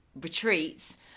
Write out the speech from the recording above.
retreats